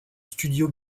studio